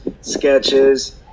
sketches